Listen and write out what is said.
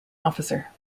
officer